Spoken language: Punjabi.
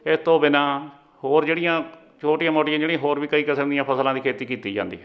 ਇਸ ਤੋਂ ਬਿਨਾਂ ਹੋਰ ਜਿਹੜੀਆਂ ਛੋਟੀਆਂ ਮੋਟੀਆਂ ਜਿਹੜੀਆਂ ਹੋਰ ਵੀ ਕਈ ਕਿਸਮ ਦੀਆਂ ਫਸਲਾਂ ਦੀ ਖੇਤੀ ਕੀਤੀ ਜਾਂਦੀ ਹੈ